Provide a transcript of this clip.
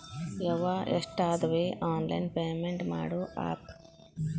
ಯವ್ವಾ ಎಷ್ಟಾದವೇ online payment ಮಾಡೋ ಆಪ್